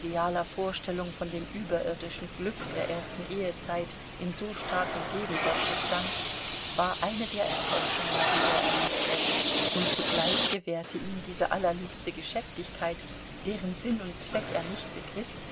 vorstellung von dem überirdischen glück der ersten ehezeit in so starkem gegensatze stand war eine der enttäuschungen die er erlebte und zugleich gewährte ihm diese allerliebste geschäftigkeit deren sinn und zweck er nicht begriff